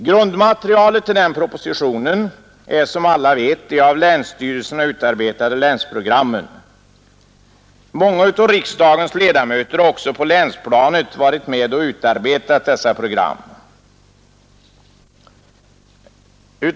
Grundmaterialet för denna proposition är, som alla vet, de av länsstyrelserna utarbetade länsprogrammen. Många av riksdagens ledamöter har också på länsplanet varit med och utarbetat dessa program.